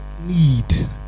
need